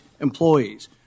employees